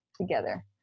together